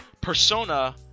Persona